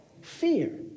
Fear